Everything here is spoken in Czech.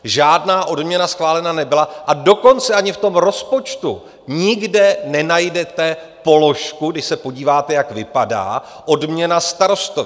Žádná odměna schválena nebyla, a dokonce ani v tom rozpočtu nikde nenajdete položku, když se podíváte, jak vypadá, odměna starostovi.